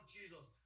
Jesus